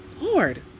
Lord